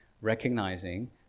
recognizing